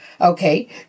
Okay